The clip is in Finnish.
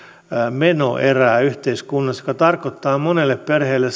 menoerää yhteiskunnassa mikä tarkoittaa monelle perheelle